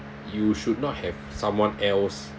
you should not have someone else